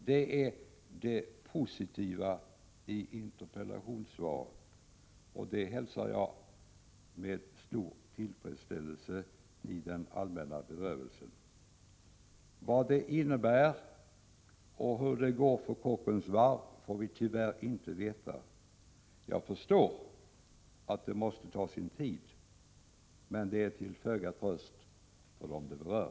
Det är det positiva i interpellationssvaret, och i den allmänna bedrövelsen hälsar jag detta med stor tillfredsställelse. Vad det innebär och hur det går för Kockums varv får vi tyvärr inte veta. Jag förstår att ärendet måste ta sin tid, men detta är till föga tröst för dem det berör.